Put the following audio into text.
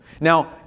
Now